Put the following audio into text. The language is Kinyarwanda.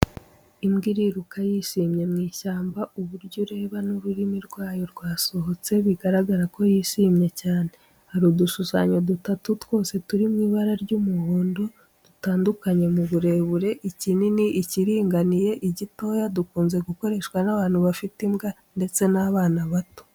Imbwa iriruka yishimye mu ishyamba uburyo ureba n’ururimi rwayo rwasohotse biragaragara ko yishimye cyane. Hari udushushanyo dutatu twose turi mu ibara ry’umuhondo dutandukanye mu burebure: ikinini, ikiringaniye, igitoya, dukunze gukoreshwa n’abantu bafite imbwa ndetse n’abana bato.